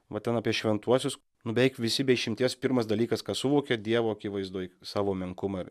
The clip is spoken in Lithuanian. va ten apie šventuosius nu beveik visi be išimties pirmas dalykas ką suvokia dievo akivaizdoj savo menkumą